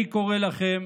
אני קורא לכם